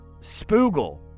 spoogle